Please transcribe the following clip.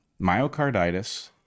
myocarditis